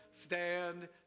stand